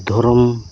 ᱫᱷᱚᱨᱚᱢ